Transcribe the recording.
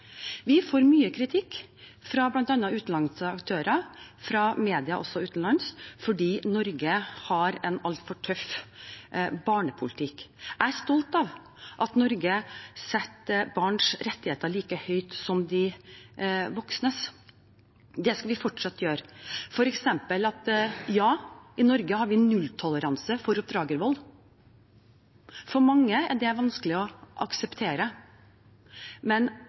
Vi får mye kritikk fra bl.a. utenlandske aktører og fra media, også utenlands, for at Norge har en altfor tøff barnepolitikk. Jeg er stolt av at Norge setter barns rettigheter like høyt som voksnes. Det skal vi fortsatt gjøre. I Norge har vi f.eks. nulltoleranse for oppdragervold. For mange er det vanskelig å akseptere, men